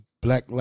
black